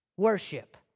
Worship